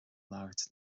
labhairt